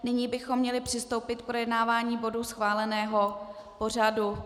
Nyní bychom měli přistoupit k projednávání bodů schváleného pořadu.